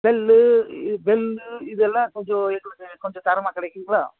bell பெல்லு இதெல்லாம் கொஞ்சம் எங்களுக்கு கொஞ்சம் தரமாக கிடைக்குங்களா